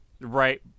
right